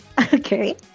Okay